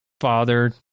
father